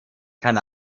kann